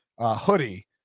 hoodie